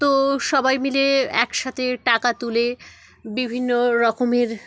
তো সবাই মিলে একসাথে টাকা তুলে বিভিন্ন রকমের